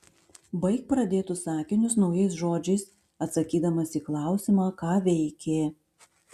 baik pradėtus sakinius naujais žodžiais atsakydamas į klausimą ką veikė